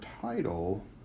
title